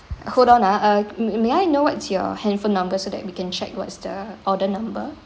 hold on ah uh may may I know what's your handphone number so that we can check what's the order number